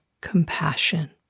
compassion